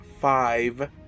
five